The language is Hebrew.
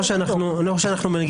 או שלא הבנתי?